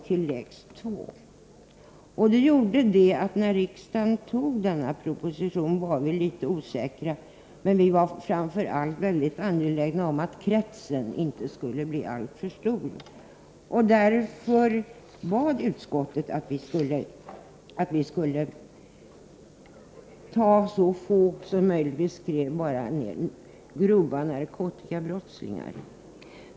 Det innebar att det fanns en viss osäkerhet när riksdagen fattade beslut om propositionen. Men vi var framför allt angelägna om att personkretsen inte skulle bli alltför stor. Därför angav vi bara att det skulle gälla grova narkotikabrottslingar.